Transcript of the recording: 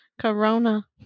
Corona